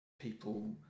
people